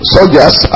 Soldiers